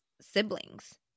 siblings